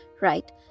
right